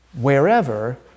Wherever